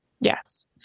Yes